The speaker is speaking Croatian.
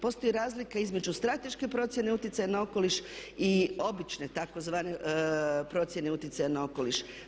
Postoji razlika između strateške procjene utjecaja na okoliš i obične tzv. procjene utjecaja na okoliš.